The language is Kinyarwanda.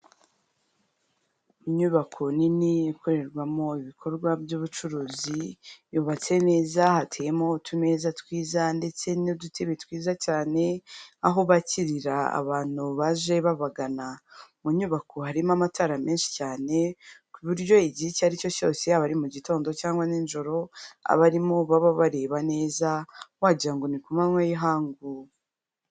Inyubako nini ikorerwamo ibikorwa by'ubucuruzi. Yubatse neza hateyemo utumeza twiza, ndetse n'udutebe twiza, cyane aho bakirira abantu baje babagana. Mu nyubako harimo amatara menshi cyane, ku buryo igihe icyo ari cyo cyose yaba ari mu gitondo cyangwa nijoro abarimo baba bareba neza wagira ngo ni ku manywa y'ihangu.